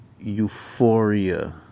euphoria